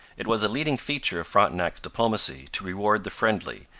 it was a leading feature of frontenac's diplomacy to reward the friendly,